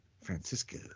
Francisco